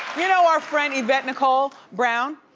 you know our friend, yvette nicole brown?